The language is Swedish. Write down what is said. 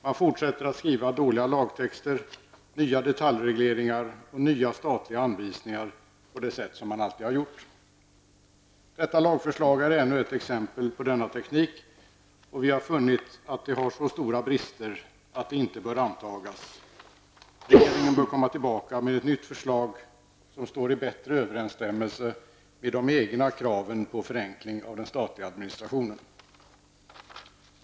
Man fortsätter att skriva dåliga lagtexter, nya detaljregleringar och nya statliga anvisningar på det sätt som man alltid har gjort. Detta lagförslag är ännu ett exempel på denna teknik, och vi har funnit att det har så stora brister att det inte bör antagas. Regeringen bör komma tillbaka med ett nytt förslag, som står i bättre överensstämmelse med de egna kraven på förenkling av den statliga administrationen.